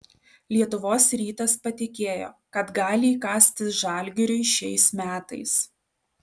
lietuvos rytas patikėjo kad gali įkasti žalgiriui šiais metais